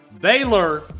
Baylor